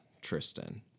Tristan